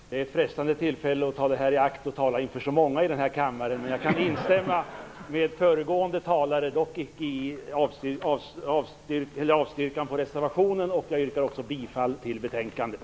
Herr talman! Det är frestande att ta detta tillfälle i akt att tala inför så många i den här kammaren. Jag kan instämma med föregående talare, dock inte vad gäller hans yrkande. Jag yrkar avslag på reservationen och bifall till betänkandet.